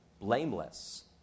blameless